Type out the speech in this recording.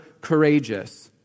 courageous